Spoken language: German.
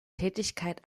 tätigkeit